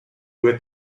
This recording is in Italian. due